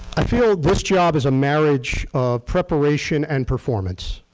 i feel this job is a marriage of preparation and performance.